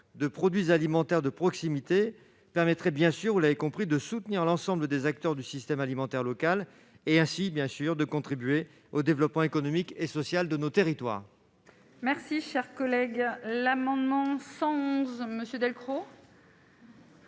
de produits alimentaires de proximité permettrait bien sûr, vous l'avez compris de soutenir l'ensemble des acteurs du système alimentaire locale est ainsi bien sûr, de contribuer au développement économique et social de nos territoires. Merci, cher collègue, l'amendement 111 monsieur Delcros.